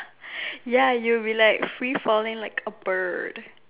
ya you'll be like free falling like a bird